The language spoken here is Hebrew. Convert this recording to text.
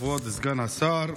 כבוד סגן השר,